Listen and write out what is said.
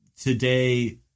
today